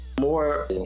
more